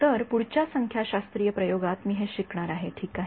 तर पुढच्या संख्याशास्त्रीय प्रयोगात मी हे शिकणार आहे ठीक आहे